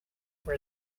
for